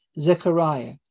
Zechariah